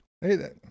Hey